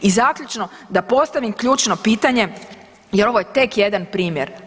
I zaključno, da postavim ključno čitanje jer ovo je tek jedan primjer.